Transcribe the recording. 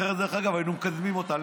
אחרת, דרך אגב, היינו מקדמים אותה.